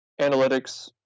analytics